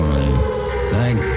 Thank